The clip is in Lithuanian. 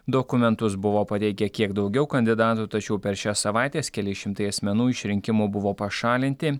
dokumentus buvo pateikę kiek daugiau kandidatų tačiau per šias savaites keli šimtai asmenų iš rinkimų buvo pašalinti